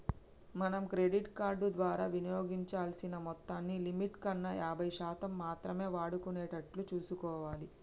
మనం credit card ద్వారా వినియోగించాల్సిన మొత్తాన్ని లిమిట్ కన్నా యాభై శాతం మాత్రమే వాడుకునేటట్లు చూసుకోవాలి